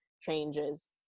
changes